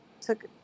took